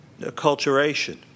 acculturation